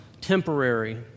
temporary